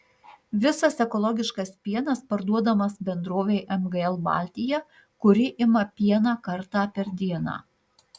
visas ekologiškas pienas parduodamas bendrovei mgl baltija kuri ima pieną kartą per dieną